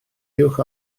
uwch